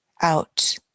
out